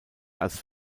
als